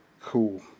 Cool